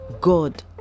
god